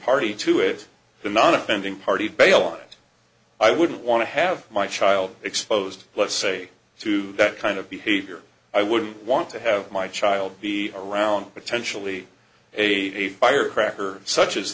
party to it the non offending party blit i wouldn't want to have my child exposed let's say to that kind of behavior i wouldn't want to have my child be around potentially a firecracker such as